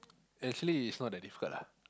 actually it's not that difficult lah